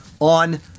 on